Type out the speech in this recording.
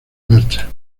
marcha